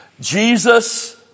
Jesus